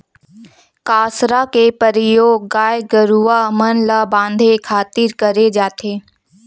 कांसरा के परियोग गाय गरूवा मन ल बांधे खातिर करे जाथे